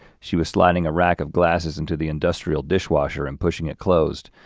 she was sliding a rack of glasses into the industrial dishwasher and pushing it closed,